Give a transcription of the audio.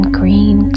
green